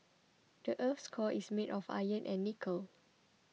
the earth's core is made of iron and nickel